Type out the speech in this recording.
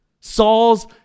Saul's